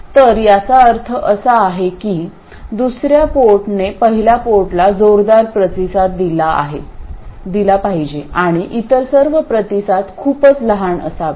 तर याचा अर्थ असा आहे की दुसऱ्या पोर्टने पहिल्या पोर्टला जोरदार प्रतिसाद दिला पाहिजे आणि इतर सर्व प्रतिसाद खूपच लहान असावेत